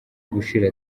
gushira